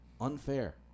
unfair